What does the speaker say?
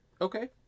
okay